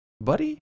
buddy